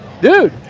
Dude